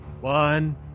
one